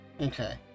Okay